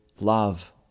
love